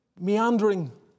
meandering